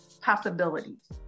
possibilities